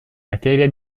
materia